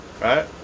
right